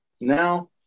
Now